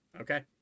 Okay